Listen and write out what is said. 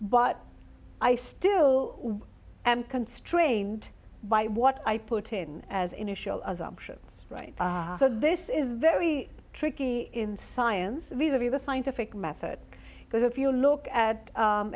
but i still am constrained by what i put in as initial assumptions right so this is very tricky in science the scientific method because if you look at